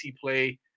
play